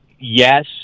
Yes